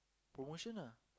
promotion ah